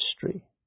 history